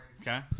Okay